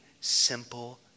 simple